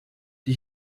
die